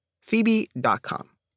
phoebe.com